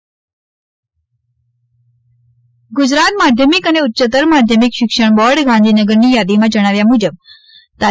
ગુજકેટ ગુજરાત માધ્યમિક અને ઉચ્યત્તર માધ્યમિક શિક્ષણ બોર્ડ ગાંધીનગરની યાદીમાં જણાવ્યા મુજબ તા